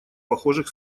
похожих